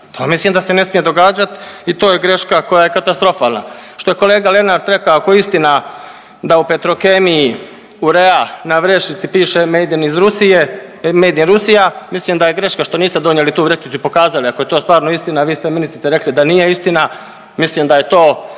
mislim da se ne smije događati i to je greška koja je katastrofalna. Što je kolega Lenart rekao, ako je istina da u Petrokemiji ureja na vrećici piše made in iz Rusije, made in Rusia, mislim da je greška što niste donijeli tu vrećicu i pokazali, ako je to stvarno istina, vi ste ministrice rekli da nije istina, mislim da je to